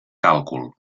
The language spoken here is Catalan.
càlcul